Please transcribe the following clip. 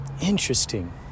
Interesting